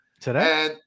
Today